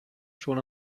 schon